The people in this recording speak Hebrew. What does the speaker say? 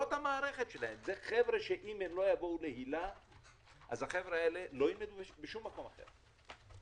זה חבר'ה שאם לא יבואו להיל"ה אז הם לא ילמדו בשום מקום אחר.